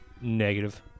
Negative